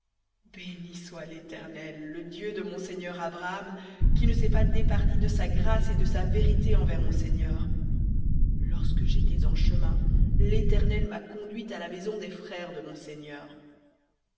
soit l'éternel le dieu de mon seigneur abraham qui ne s'est pas départi de sa grâce et de sa vérité envers mon seigneur lorsque j'étais en chemin l'éternel m'a conduit à la maison des frères de mon seigneur